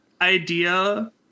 idea